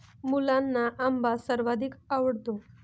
मुलांना आंबा सर्वाधिक आवडतो